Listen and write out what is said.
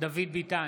דוד ביטן,